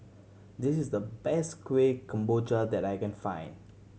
this is the best Kuih Kemboja that I can find